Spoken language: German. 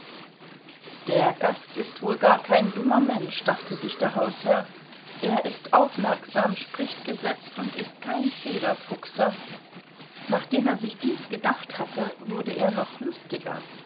der gast ist wohl gar kein dummer mensch dachte sich der hausherr er ist aufmerksam spricht gesetzt und ist kein federfuchser nachdem er sich dies gedacht hatte wurde er noch lustiger